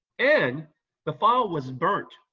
and the file was burnt,